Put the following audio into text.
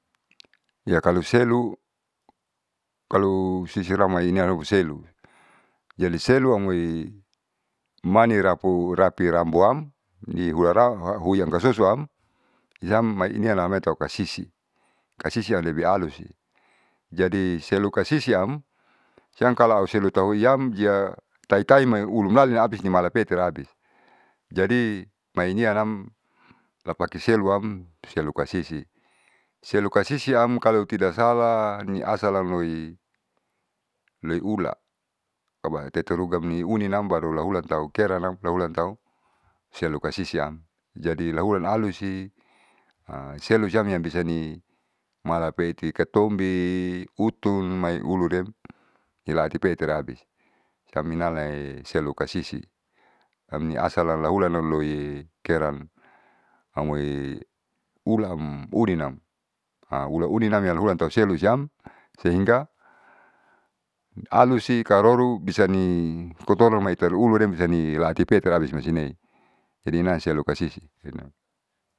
ya kalo selu kalo sisiramainiau selu jadi seluamoi manirapu rambuam nihularan hu yang kasosoam siam maninanaikasisi kasisi yang lebih alusi. Jadi selu kasisiam siam kalu auselua tauliam iya taitai maiulunali habis malapeten abis. Jadi mainianam lapake seluam selukasisi selukasisiam kalo tida salah nialamloi loiula kabaya teterugami uninam baru laulantau keranam laulantau selu kasisiam. Jadi laulan alusi selu siam yang bisa ni malapeiti katombe utun maiulurem nilaitipetiraaiti taminalai selu kasisi samni asalan loiulanloikeran amoi ulan urinam ula uninam yahulantau selu siam sehingga alusi karoro bisani kotolo maitalu hurem sianilaatipeatare maasine jadi nansialau kasisi.